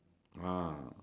ah